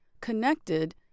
connected